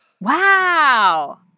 Wow